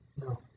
No